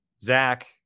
Zach